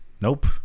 Nope